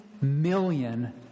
million